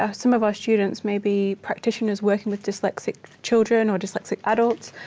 ah some of our students may be practitioners working with dyslexic children or dyslexic adults.